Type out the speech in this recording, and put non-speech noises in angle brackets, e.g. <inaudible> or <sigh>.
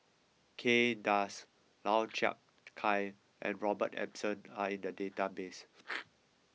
Kay Das Lau Chiap Khai and Robert Ibbetson are in the database <noise>